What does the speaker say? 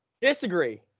Disagree